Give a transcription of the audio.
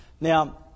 Now